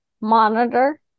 monitor